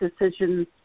decisions